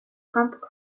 pumped